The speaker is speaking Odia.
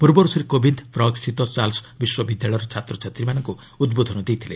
ପୂର୍ବରୁ ଶ୍ରୀ କୋବିନ୍ଦ୍ ପ୍ରଗ୍ସ୍ଥିତ ଚାର୍ଲସ୍ ବିଶ୍ୱବିଦ୍ୟାଳୟର ଛାତ୍ରଛାତ୍ରୀମାନଙ୍କୁ ଉଦ୍ବୋଧନ ଦେଇଥିଲେ